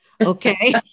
Okay